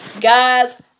guys